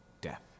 death